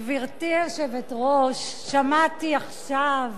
גברתי היושבת-ראש, שמעתי עכשיו